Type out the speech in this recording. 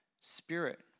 spirit